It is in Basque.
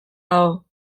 aho